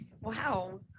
Wow